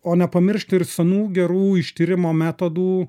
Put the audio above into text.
o nepamiršti ir senų gerų ištyrimo metodų